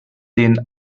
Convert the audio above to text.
den